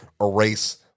erase